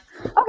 okay